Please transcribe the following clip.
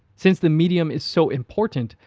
since the medium is so important,